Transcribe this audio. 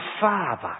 Father